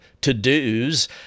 to-dos